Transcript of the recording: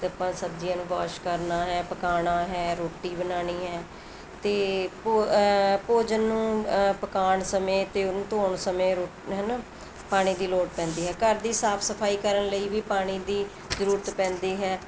ਆਪਾਂ ਸਬਜ਼ੀਆਂ ਨੂੰ ਵਾਸ਼ ਕਰਨਾ ਹੈ ਪਕਾਉਣਾ ਹੈ ਰੋਟੀ ਬਣਾਉਣੀ ਹੈ ਅਤੇ ਭੋ ਭੋਜਨ ਨੂੰ ਪਕਾਉਣ ਸਮੇਂ ਅਤੇ ਉਹਨੂੰ ਧੋਣ ਸਮੇਂ ਰੋਟ ਹੈ ਨਾ ਪਾਣੀ ਦੀ ਲੋੜ ਪੈਂਦੀ ਹੈ ਘਰ ਦੀ ਸਾਫ ਸਫਾਈ ਕਰਨ ਲਈ ਵੀ ਪਾਣੀ ਦੀ ਜ਼ਰੂਰਤ ਪੈਂਦੀ ਹੈ